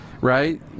right